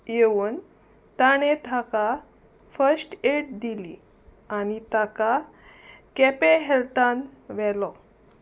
येवन ताणें ताका फस्ट एड दिली आनी ताका केपें हेल्थान व्हेलो